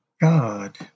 God